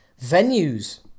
Venues